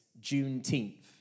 Juneteenth